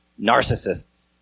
narcissists